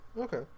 Okay